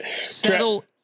Settle